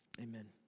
Amen